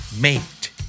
mate